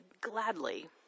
gladly